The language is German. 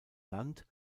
land